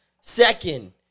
Second